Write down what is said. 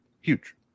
huge